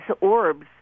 orbs